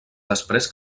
després